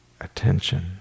attention